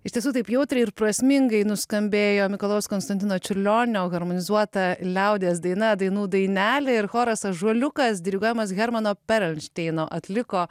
iš tiesų taip jautriai ir prasmingai nuskambėjo mikalojaus konstantino čiurlionio harmonizuota liaudies daina dainų dainelė ir choras ąžuoliukas diriguojamas hermano perelšteino atliko